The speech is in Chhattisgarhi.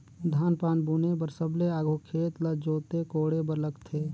धान पान बुने बर सबले आघु खेत ल जोते कोड़े बर लगथे